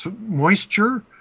moisture